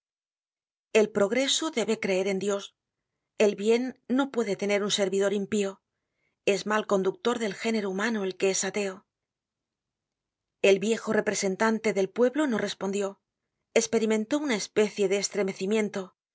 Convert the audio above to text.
el progreso debe creer en dios el bien rio puede tener un servidor impío es mal conductor del género humano el que es ateo el viejo representante del pueblo no respondió esperimentó una especie de estremecimiento